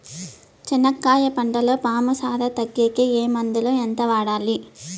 చెనక్కాయ పంటలో పాము సార తగ్గేకి ఏ మందులు? ఎంత వాడాలి?